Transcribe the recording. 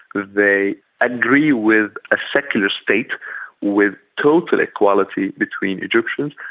they agree with a secular state with total equality between egyptians,